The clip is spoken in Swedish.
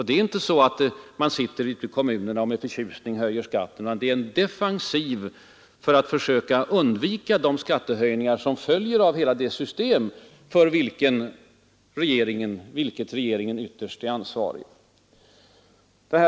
Det är inte så att man ute i kommunerna med förtjusning höjer skatten, utan det är en defensiv åtgärd för att undvika de skattehöjningar som följer av hela det system för vilket regeringen ytterst är ansvarig.